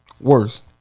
Worse